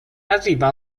arriva